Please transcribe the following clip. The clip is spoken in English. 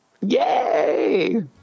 Yay